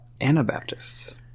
Anabaptists